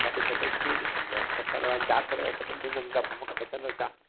गॾु पैट्रोल कीअं ॾिसणु ईंदो आहे छह तरह चार तरह जो पेट्रोल ॾींदुमि त पोइ मूंखे बचंदो छा